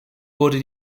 wurde